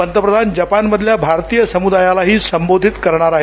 पंतप्रधान जपानमधल्या भारतीय समृदायालाही संबोधित करणार आहेत